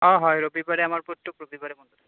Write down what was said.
অঁ হয় ৰবিবাৰে আমাৰ প্ৰত্যেক ৰবিবাৰে বন্ধ থাকে